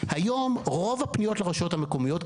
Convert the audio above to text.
היום רוב הפניות לרשויות המקומיות,